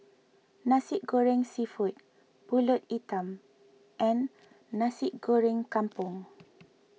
Nasi Goreng Seafood Pulut Hitam and Nasi Goreng Kampung